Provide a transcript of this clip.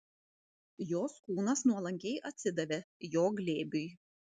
jos kūnas nuolankiai atsidavė jo glėbiui